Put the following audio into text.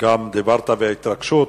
דיברת בהתרגשות.